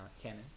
canon